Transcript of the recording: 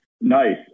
Nice